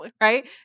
right